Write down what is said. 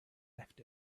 left